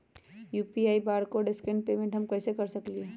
UPI barcode scan payment हम कईसे कर सकली ह?